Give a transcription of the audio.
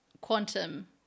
quantum